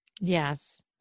Yes